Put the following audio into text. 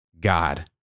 God